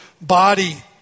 body